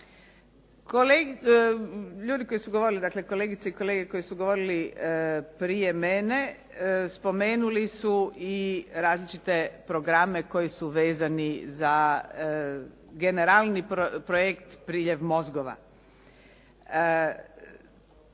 kolege koji su govorili prije mene spomenuli su i različite programe koji su vezani za generalni projekt "Priljev mozgova".